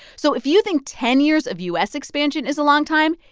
so if you think ten years of u s. expansion is a long time,